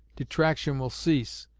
detraction will cease,